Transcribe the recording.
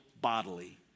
bodily